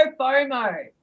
FOMO